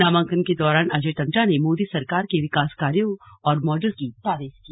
नामांकन के दौरान अजय टम्टा ने मोदी सरकार के विकास कार्यों और मॉडल की तारीफ की